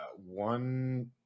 One